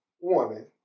woman